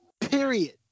period